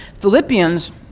philippians